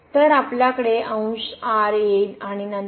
तर आपल्याकडे अंश येईल आणि नंतर